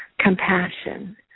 Compassion